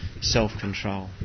self-control